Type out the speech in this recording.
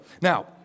Now